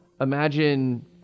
imagine